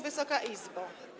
Wysoka Izbo!